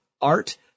Art